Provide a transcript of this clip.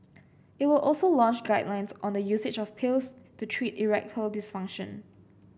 it will also launch guidelines on the usage of pills to treat erectile dysfunction